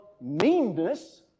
meanness